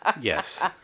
Yes